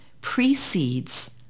precedes